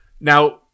now